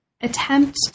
attempt